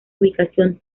ubicación